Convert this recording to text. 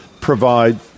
provide